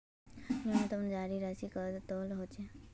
न्यूनतम जमा राशि कतेला होचे?